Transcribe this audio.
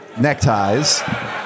neckties